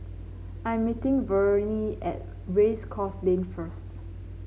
I am meeting Verne at Race Course Lane first